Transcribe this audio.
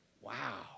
Wow